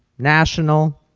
national,